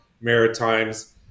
Maritimes